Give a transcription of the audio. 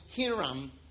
Hiram